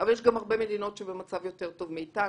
אבל יש גם הרבה מדינות שהן במצב יותר טוב מאיתנו.